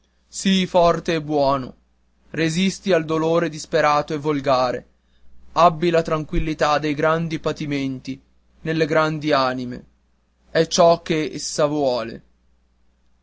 sii forte e buono resisti al dolore disperato e volgare abbi la tranquillità dei grandi patimenti nelle grandi anime è ciò che essa vuole